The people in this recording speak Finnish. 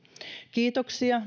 kiitoksia